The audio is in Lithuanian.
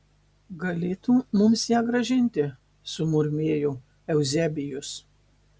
galėtų mums ją grąžinti sumurmėjo euzebijus